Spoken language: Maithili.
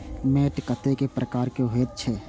मैंट कतेक प्रकार के होयत छै?